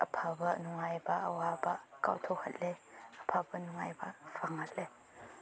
ꯑꯐꯕ ꯅꯨꯡꯉꯥꯏꯕ ꯑꯋꯥꯕ ꯀꯥꯎꯊꯣꯛꯍꯜꯂꯦ ꯑꯐꯕ ꯅꯨꯡꯉꯥꯏꯕ ꯐꯪꯍꯜꯂꯦ